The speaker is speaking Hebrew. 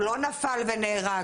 הוא לא נפל ונהרג.